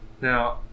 now